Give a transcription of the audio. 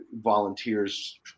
volunteers